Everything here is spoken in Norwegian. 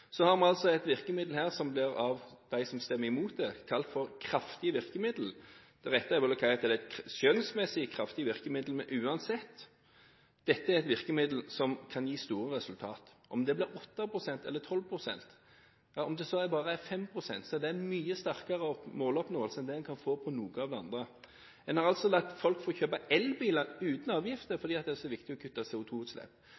Så har vi et virkemiddel her som av dem som stemmer imot det, blir kalt for et kraftig virkemiddel. Det rette er vel å kalle det et skjønnsmessig kraftig virkemiddel, men dette er uansett et virkemiddel som kan gi store resultater. Om det blir 12 pst., 8. pst., ja, om det så bare blir 5 pst., er det en mye sterkere måloppnåelse enn det en kan få til på noe av det andre. En har latt folk få kjøpe elbiler uten avgifter